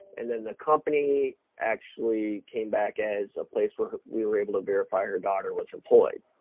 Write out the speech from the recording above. and then the company actually came back as a place where we were able to verify her daughter was employed.